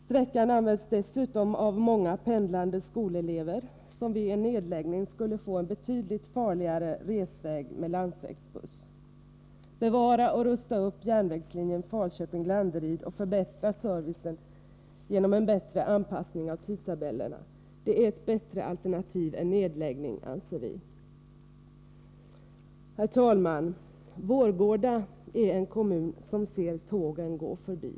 Sträckan används dessutom av många pendlande skolelever, som vid en nedläggning skulle få en betydligt farligare resväg med landsvägsbuss. Bevara och rusta upp järnvägslinjen Falköping-Landeryd och förbättra servicen genom en bättre anpassning av tidtabellerna! Det är ett bättre alternativ än nedläggning, anser vi. Herr talman! Vårgårda är en kommun som ser tågen gå förbi.